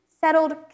settled